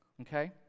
okay